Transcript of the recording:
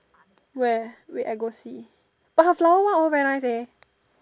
where wait I go see but her flower one all very nice leh